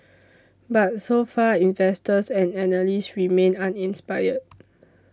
but so far investors and analysts remain uninspired